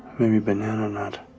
maybe banana nut.